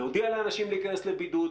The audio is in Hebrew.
להודיע לאנשים להיכנס לבידוד,